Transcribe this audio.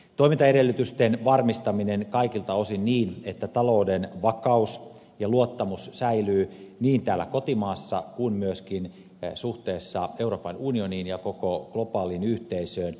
toimintaedellytysten varmistaminen kaikilta osin niin että talouden vakaus ja luottamus säilyy niin täällä kotimaassa kuin myöskin suhteessa euroopan unioniin ja koko globaaliin yhteisöön